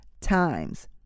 times